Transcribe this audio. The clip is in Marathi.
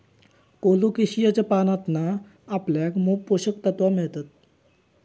कोलोकेशियाच्या पानांतना आपल्याक मोप पोषक तत्त्वा मिळतत